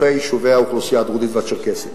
יישובי האוכלוסייה הדרוזית והצ'רקסית.